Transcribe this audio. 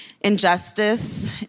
injustice